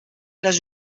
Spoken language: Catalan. les